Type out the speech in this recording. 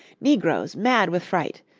negroes mad with fright,